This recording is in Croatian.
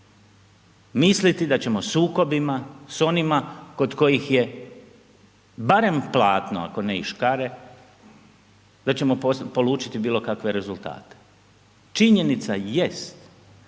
misliti da ćemo sukobima, s onima kod kojih je barem platno ako ne i škare, da ćemo polučiti bilokakve rezultate. Činjenica jest